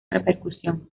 repercusión